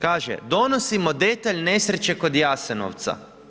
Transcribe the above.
Kaže, donosimo detalj nesreće kod Jasenovca.